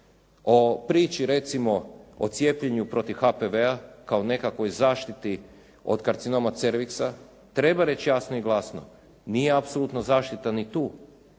o priči recimo o cijepljenju protiv HPV-a kao nekakvoj zaštiti od karcinoma cerviksa, treba reći jasno i glasno, nije apsolutna zaštita ni tu